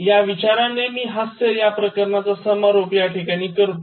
या विचारणे मी हास्य या प्रकरणाचा समारोप या ठिकाणी करतो